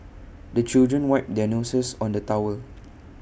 the children wipe their noses on the towel